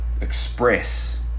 express